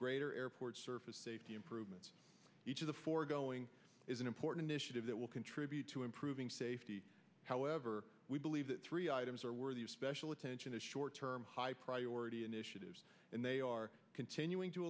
greater airport surface safety improvements each of the foregoing is an important issue that will contribute to improving safety however we believe that three items are worthy of special attention to short term high priority initiatives and they are continuing to